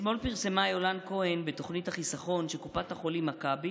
אתמול פרסמה יולן כהן בתוכנית חיסכון שקופת החולים מכבי